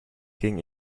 king